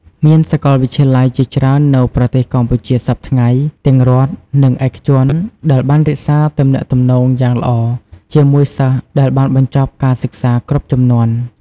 មានសកលវិទ្យាល័យជាច្រើននៅប្រទេសកម្ពុជាសព្វថ្ងៃ ទាំងរដ្ឋ និងឯកជនដែលបានរក្សាទំនាក់ទំនងយ៉ាងល្អជាមួយសិស្សដែលបានបញ្ចប់ការសិក្សាគ្រប់ជំនាន់។